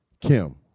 Kim